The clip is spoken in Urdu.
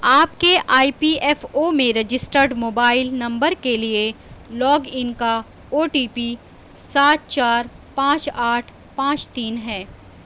آپ کے ای پی ایف او میں رجسٹرڈ موبائل نمبر کے لیے لاگ ان کا او ٹی پی سات چار پانچ آٹھ پانچ تین ہے